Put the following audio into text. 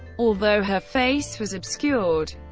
although her face was obscured.